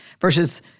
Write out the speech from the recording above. versus